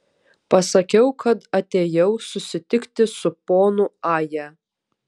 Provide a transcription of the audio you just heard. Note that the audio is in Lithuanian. pasakiau kad atėjau susitikti su ponu aja